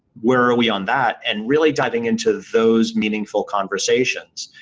where are we on that? and really diving into those meaningful conversations,